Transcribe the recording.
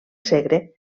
segre